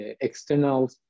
external